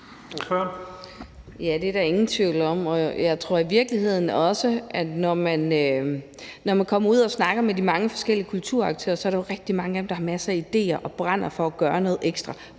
det er der ingen tvivl om. Når man kommer ud og snakker med de mange forskellige kulturaktører, er der jo i virkeligheden rigtig mange af dem, der har masser af idéer og brænder for at gøre noget ekstra